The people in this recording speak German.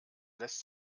lässt